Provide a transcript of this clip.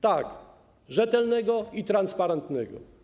Tak, rzetelnego i transparentnego.